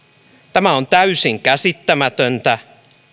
tämä on täysin käsittämätöntä